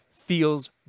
feels